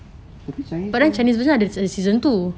tapi chinese pun